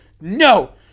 no